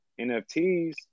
NFTs